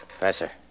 Professor